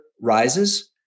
rises